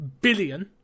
billion